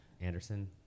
Anderson